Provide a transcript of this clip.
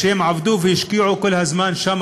שעבדו והשקיעו את כל הזמן שם,